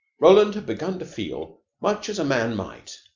roland began to feel much as a man might